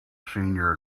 senior